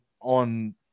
on